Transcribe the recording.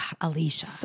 Alicia